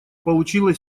получила